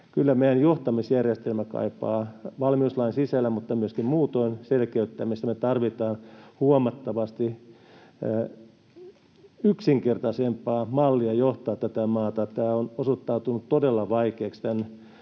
kyllä meidän johtamisjärjestelmä kaipaa valmiuslain sisällä mutta myöskin muutoin selkeyttämistä. Me tarvitaan huomattavasti yksinkertaisempaa mallia johtaa tätä maata. On osoittautunut todella vaikeaksi tämän